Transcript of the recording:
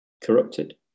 corrupted